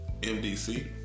MDC